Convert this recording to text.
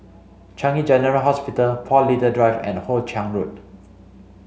Changi General Hospital Paul Little Drive and Hoe Chiang Road